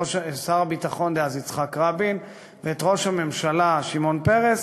את שר הביטחון דאז יצחק רבין ואת ראש הממשלה שמעון פרס,